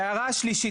וההערה השלישית,